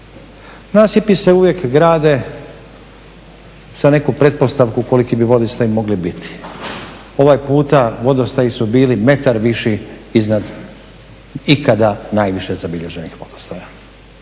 Nasipi se uvijek grade za neku pretpostavku koliki bi vodostaji mogli biti. Ovaj puta vodostaji su bili metar viši iznad ikada najviše zabilježenih vodostaja.